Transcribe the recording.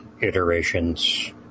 iterations